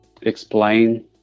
explain